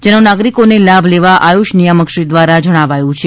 જેનો નાગરિકોને લાભ લેવા આયુષ નિયામકશ્રી દ્વારા જણાવાયું છે